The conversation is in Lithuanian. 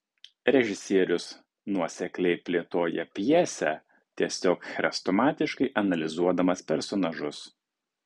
režisierius nuosekliai plėtoja pjesę tiesiog chrestomatiškai analizuodamas personažus